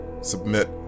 submit